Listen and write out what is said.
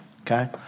okay